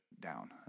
down